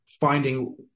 finding